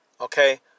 Okay